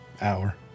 Hour